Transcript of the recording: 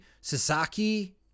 Sasaki